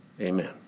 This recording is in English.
Amen